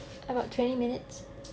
about twenty minutes